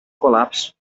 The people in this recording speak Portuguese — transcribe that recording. colapso